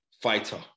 fighter